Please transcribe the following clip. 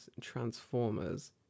Transformers